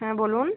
হ্যাঁ বলুন